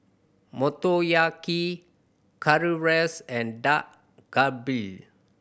Motoyaki Currywurst and Dak Galbi